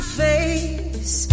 face